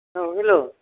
औ हेल'